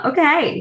Okay